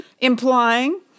implying